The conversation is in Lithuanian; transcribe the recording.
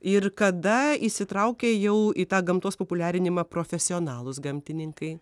ir kada įsitraukia jau į tą gamtos populiarinimą profesionalūs gamtininkai